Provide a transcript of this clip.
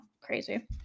Crazy